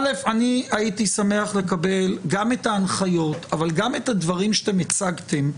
א' הייתי שמח לקבל גם את ההנחיות אבל גם את הדברים שאתם הצגתם,